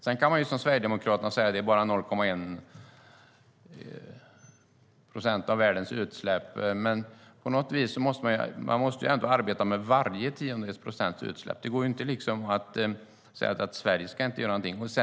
Sedan kan man som Sverigedemokraterna säga att det bara handlar om 0,1 procent av världens utsläpp. Men man måste ändå arbeta med varje tiondels procent utsläpp. Det går inte att säga att Sverige inte ska göra någonting.